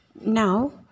Now